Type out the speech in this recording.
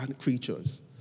creatures